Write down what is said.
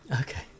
Okay